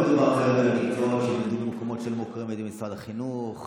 לא מדובר במקצועות שלמדו במקומות שמוכרים על ידי משרד החינוך,